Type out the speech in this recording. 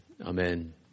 Amen